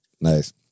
nice